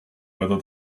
whether